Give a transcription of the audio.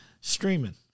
Streaming